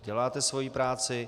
Děláte svoji práci.